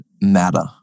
matter